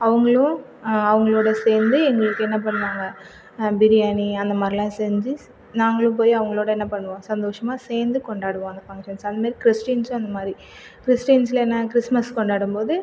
அவங்களும் அவங்களோட சேர்ந்து எங்களுக்கு என்ன பண்ணுவாங்கள் பிரியாணி அந்தமாதிரிலாம் செஞ்சு நாங்களும் போய் அவங்களோட என்ன பண்ணுவோம் சந்தோஷமாக சேர்ந்து கொண்டாடுவோம் அந்த ஃபங்க்ஷன்ஸில் அந்தமாதிரி கிறிஸ்டின்ஸ்ஸும் அந்தமாதிரி கிறிஸ்டின்ஸில் என்ன கிறிஸ்மஸ் கொண்டாடும்போது